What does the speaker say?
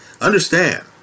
Understand